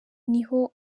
niho